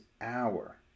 hour